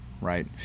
right